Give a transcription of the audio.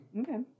Okay